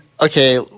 okay